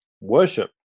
worship